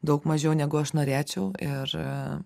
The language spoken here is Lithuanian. daug mažiau negu aš norėčiau ir